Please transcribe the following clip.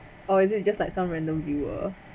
or is it just like some random viewer